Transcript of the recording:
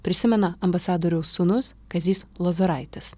prisimena ambasadoriaus sūnus kazys lozoraitis